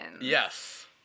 Yes